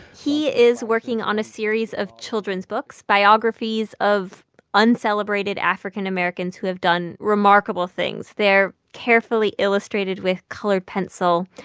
he is working on a series of children's books, biographies of uncelebrated african americans who have done remarkable things. they're carefully illustrated with colored pencil.